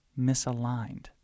misaligned